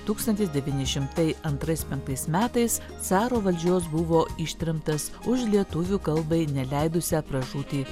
tūkstantis devyni šimtai antrais penktais metais caro valdžios buvo ištremtas už lietuvių kalbai neleidusią pražūti